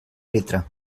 litre